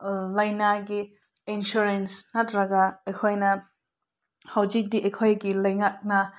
ꯂꯥꯏꯅꯥꯒꯤ insurance ꯅꯠꯇꯔꯒ ꯑꯩꯈꯣꯏꯅ ꯍꯧꯖꯤꯛꯇꯤ ꯑꯩꯈꯣꯏꯒꯤ ꯂꯩꯉꯥꯛꯅ